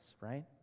right